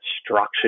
structure